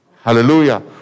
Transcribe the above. Hallelujah